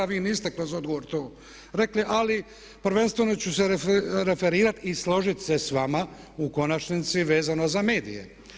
A vi niste kroz odgovor to rekli ali prvenstveno ću se referirati i složiti s vama u konačnici vezano za medije.